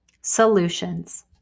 Solutions